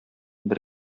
бер